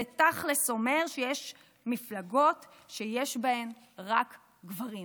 זה תכלס אומר שיש מפלגות שיש בהן רק גברים.